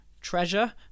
Treasure